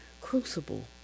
crucible